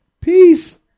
Peace